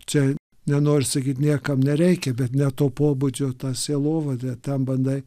čia nenoriu sakyt niekam nereikia bet ne to pobūdžio ta sielovada ten bandai